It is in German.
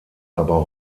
aber